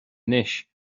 anois